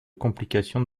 complications